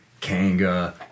Kanga